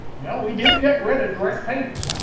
well, we did get rid of direct payments, huh?